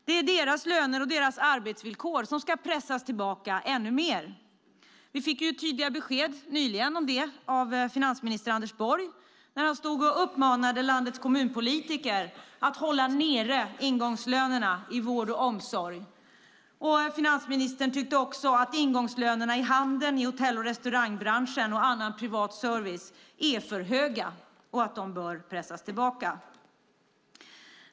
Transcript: Det är deras löner och deras arbetsvillkor som ska pressas tillbaka ännu mer. Vi fick nyligen tydliga besked om det av finansminister Anders Borg när han uppmanade landets kommunpolitiker att hålla nere ingångslönerna i vård och omsorg. Finansministern tyckte också att ingångslönerna i handeln, hotell och restaurangbranschen och annan privat service är för höga och att de bör pressas tillbaka.